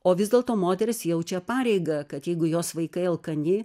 o vis dėlto moteris jaučia pareigą kad jeigu jos vaikai alkani